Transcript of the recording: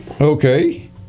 Okay